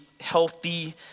healthy